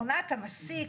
עונת המסיק,